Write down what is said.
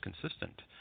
consistent